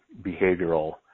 behavioral